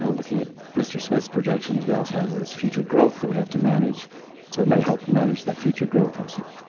so looking at mr. smith's projections we also have this future growth that we have to manage so it may help him manage that future growth also.